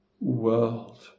world